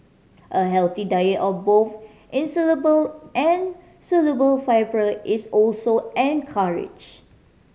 a healthy diet of both insoluble and soluble fibre is also encouraged